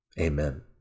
amen